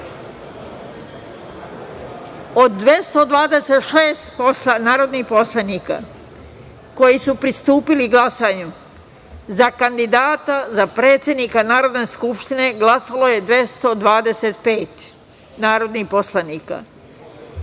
od 226 narodnih poslanika koji su pristupili glasanju za kandidata za predsednika Narodne skupštine, glasalo je 225 narodnih poslanika,